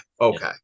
okay